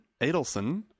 Adelson